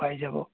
পাই যাব